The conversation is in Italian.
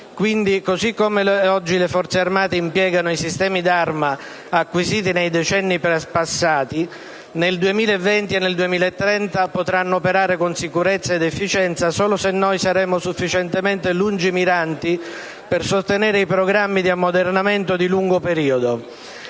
così come oggi le Forze armate impiegano i sistemi d'arma acquisiti nei decenni passati, nel 2020 e nel 2030 potranno operare con sicurezza ed efficienza solo se noi saremo sufficientemente lungimiranti per sostenere i programmi di ammodernamento di lungo periodo.